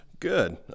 good